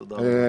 תודה רבה.